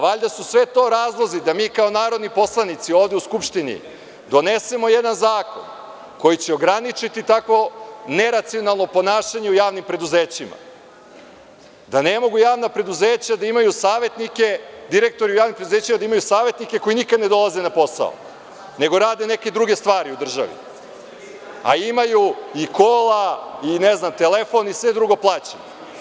Valjda su sve to razlozi da mi kao narodni poslanici ovde uSkupštini donesemo jedan zakon koji će ograničiti takvo neracionalno ponašanje u javnim preduzećima, da ne mogu javna preduzeća da imaju savetnike, direktori u javnim preduzećima da imaju savetnike koji nikada ne dolaze na posao, nego rade neke druge stvari u državi, a imaju i kola i telefon i sve drugo plaćeno.